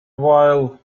while